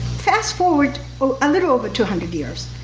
fast forward a little over two hundred years.